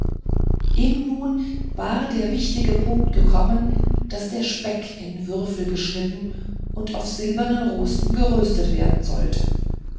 eben nun war der wichtige punkt gekommen daß der speck in würfel geschnitten und auf silbernen rosten geröstet werden sollte